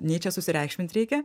nei čia susireikšmint reikia